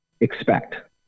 expect